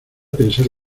pensar